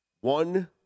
one